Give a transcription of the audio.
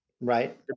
Right